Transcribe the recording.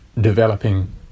developing